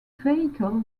vehicle